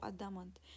adamant